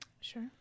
Sure